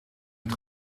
het